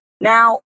now